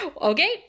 Okay